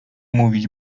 umówić